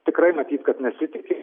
tikrai matyt kad nesitiki